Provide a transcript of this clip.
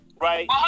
Right